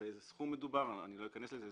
באיזה סכום מדובר ואני לא אכנס לזה.